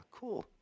cool